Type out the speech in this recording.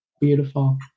Beautiful